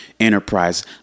enterprise